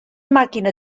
màquina